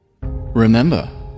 Remember